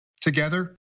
Together